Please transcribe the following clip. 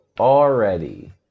already